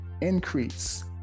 increase